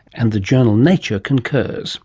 and the journal nature concurs